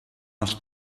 els